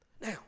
Now